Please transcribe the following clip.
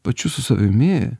pačiu su savimi